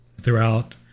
throughout